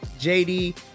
JD